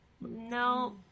No